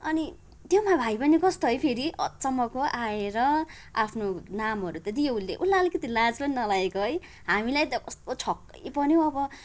अनि त्योमा भाइ पनि कस्तो है फेरि अचम्मको आएर आफ्नो नामहरू त दियो उसले उसलाई अलिकति लाज पनि नलागेको है हामीलाई त कस्तो छक्कै पऱ्यो अब